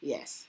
Yes